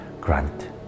Grant